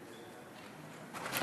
בבקשה.